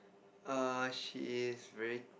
err she is very